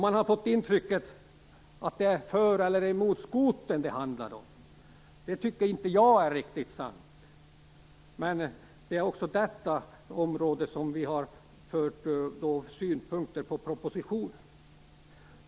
Man har fått intrycket att det är för eller emot skotern det handlar om. Det tycker inte jag är riktigt sant. Men det är också på detta område som vi har framfört synpunkter på propositionen.